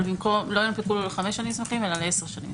אבל לא יונפקו לו המסמכים לחמש שנים אלא יונפקו לו מסמכים לעשר שנים.